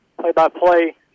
play-by-play